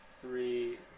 Three